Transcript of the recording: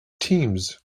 teams